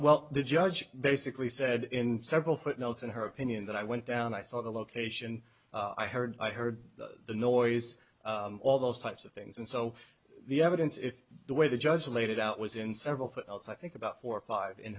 well the judge basically said in several footnotes in her opinion that i went down i saw the location i heard i heard the noise all those types of things and so the evidence if the way the judge laid it out was in several felt i think about four or five in